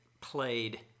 played